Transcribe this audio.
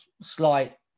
slight